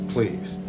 Please